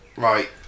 Right